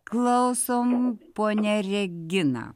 klausom ponia regina